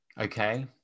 Okay